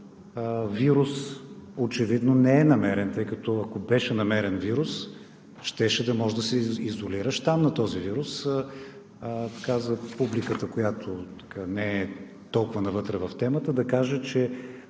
вирус очевидно не е намерен, тъй като, ако беше намерен вирус, щеше да може да се изолира щам на този вирус – казва публиката, която не е толкова навътре в темата. Да кажа, че